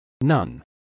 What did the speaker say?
None